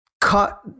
cut